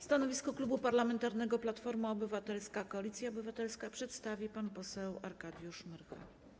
Stanowisko Klubu Parlamentarnego Platforma Obywatelska - Koalicja Obywatelska przedstawi pan poseł Arkadiusz Myrcha.